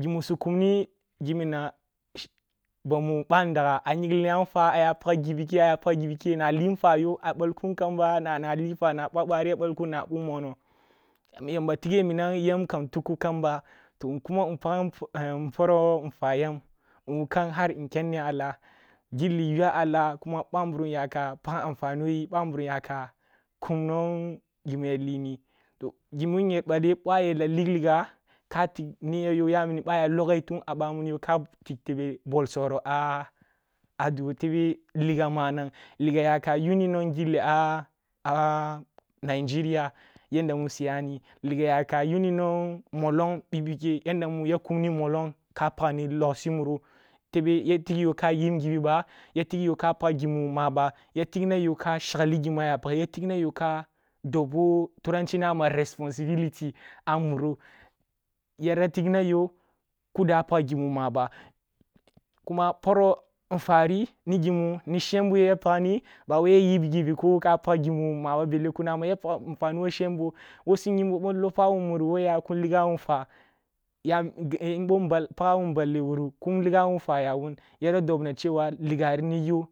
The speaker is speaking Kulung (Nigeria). gimu su kumni gimina bamu ъan ndagah a nyinglini a nfwam aya paggi ъi ken pag ghi ъiken na lee nfwa yo a bal kin kamba na na-lee nfwa ъo bari ya balkun na bug mono yamba tigeh minam tukukam ba toh nkuman poro nfwa yam nwukam har nkyamni alah kuma bamburum yaka pag amfani wo yi bamburun yaka kum nwong gimi ya lini, gimun nyeri bale ba ayera lig ligga ka tig niya yo yamuniъa aya logeh tun a wamun yo ka tig tebe bol soro a mi ballo, tebe liga yaka yuni nwong gilli a a-nigeria, liga yaka yunni nwong monlong bi ъike tebe ya tigna yo ya yib ngibiba ya tig yo ka pag gimu mah ba, ya tig yo ka shaglee gimu aya pagge, ya tigna yo ka dobwo turanchi nama responsibility a muro, ya tigna yo kilda paggi mu maba kuma poro nfwa ri ya ni gimu ni shembo yara pagni ba wai ya yib ngibi ko ka pag gi mu maba belle knlama ya paggi wo shembo wo su yimbo boh nlopawlin muru kin nligawun nfwa hali wuru kun nligawun nfwa yawun yara dobna cewa nfwa ri ni yo.